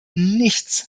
nichts